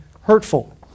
hurtful